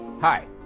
Hi